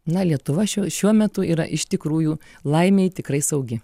na lietuva šiuo šiuo metu yra iš tikrųjų laimei tikrai saugi